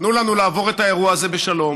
תנו לנו לעבור את האירוע הזה בשלום,